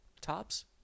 tops